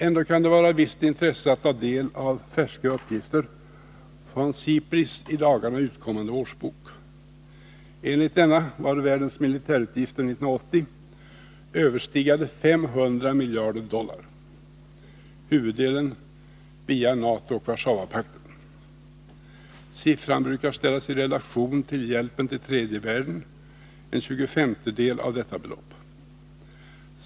Ändå kan det vara av ett visst intresse att ta del av färska uppgifter från SIPRI:s i dagarna utkommande årsbok. Enligt denna var världens militärutgifter 1980 överstigande 500 miljarder dollar, huvuddelen genom NATO och Warszawapakten. Siffran brukar ställas i relation till hjälpen till tredje världen som är en tjugofemtedel av detta belopp.